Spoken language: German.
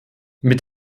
mit